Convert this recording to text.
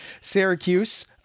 Syracuse